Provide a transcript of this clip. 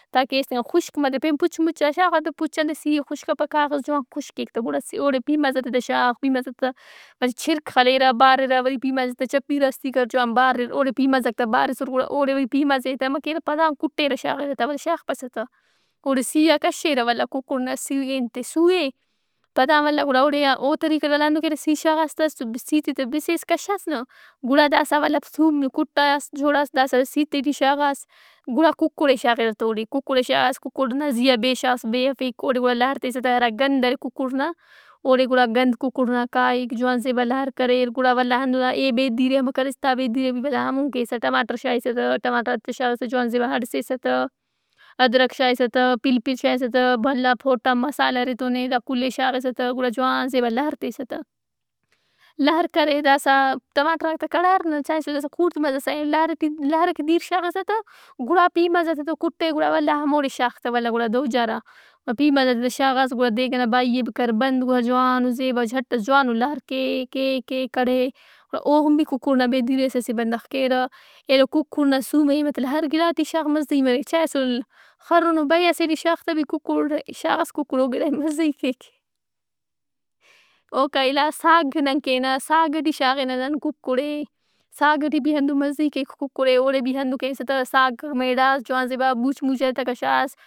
تاکہ ایس تِکان خشک مرے۔ پین پُچ مُچ آ شاغا تہ پُچ انتئے سی ئے خُشک کپک کاغذ جوان خشک کیک تہ۔ گُڑا اوڑے پیمازات ئے تہ شاغ۔ پیمازاک تہ مچہ چِرک خلیرہ بارِرہ وری پیمازات ئے تہ چپّی راستی کرجوان بارِر۔ اوڑےپیمازاک تہ بارِسُر گُڑااوڑے پیمازئے تہ امہ کیرہ پدان کُٹیرہ شاغِرہ تا وری شاغپسہ تا۔ اوڑے سی آن کشّیرہ ولدا کُکڑ نا سیو ئے سُو ئےپدان ولدا گڑا اوڑےاوطریقہ ولدا ہندن کیرہ سی شاغاس تہ سیِت ئے تہ بِسیس کشّاس نہ گُڑا داسا ولدا سُو کُٹاس جوڑاس ولدا داسا سیِت ئے ٹی شاغاس گُڑا ککڑ ئے شاغِرہ تہ اوڑے۔ ککڑ ئے شاغاس ککڑ نا زیّا بے شاس بے کیک۔ اوڑے گڑا لہر تیسہ تہ۔ ہرا گند ارے ککڑ نا۔ اوڑے گڑا گند ککڑ نا کائک۔ جوان زیبا لار کریرگڑا ولدا ہندن آ۔ اے بیدیر امہ کریس دا بیدیر ئے بھی ولدا ہمون کیسہ۔ ٹماٹرشائسہ تہ۔ ٹماٹرات ئے تہ شائسہ جوان زیبا ہڑسِسہ تا۔ ادرک شائسہ تا۔ پلپل شائسہ تا بھلا پوٹا مسالحہ ارے ای تو نے داکل ئے شاغسہ تہ گڑا جوان زیبا لہر تیسہ تہ۔ لہر کرے داسا ٹماٹراک تہ کڑھارنہ چائسُس داسا خوڑت مریرہ داسا ایہن لہر ئٹی لہر ئکے دِیر شاغسہ تہ گُڑا پیمازات ئے تہ کُٹے گُڑا ولدا ہموڑے شاغ تا ولدا دوجارہ۔ وا پیمازات ئے تا شاغاس ولدا دیگ ئنا بائی ئےکر بند گُڑا جوانو زیباؤ جٹ ئس جوانو لہر کے کے کے کڑھے۔ گڑا اوہن بھی ککڑ نا بیدیر ئے اسہ اسہ بندغ کیرہ۔ ایلو ککڑنا سُو مرے مطلب ہر گِڑا ٹی شاغ مزہی مریک۔ چائہہ اسل خرنوبِے ئسے بھی شاغ تا بھی ککڑ ئے شاغس ککڑ او گِڑا ئے مزہی کیک۔ اوکا علاوہ ساگ نن کہ ننا ساگ ئے بھی شاغنہ نن ککڑ ئے۔ ساگ ئٹی بھی ہندن مزہی کیک ککڑ ئے۔ اوڑے بھی ہندن کیسہ تہ ساگ میڑاس جوان زیبا بوچ موچات ئے تہ کشّاس۔